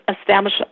establish